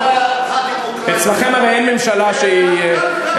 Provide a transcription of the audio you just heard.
אף אחד לא אמר שממשלת קדימה הייתה הדמוקרטית.